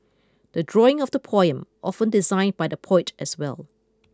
the drawing of the poem often designed by the poet as well